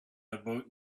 about